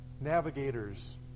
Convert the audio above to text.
Navigators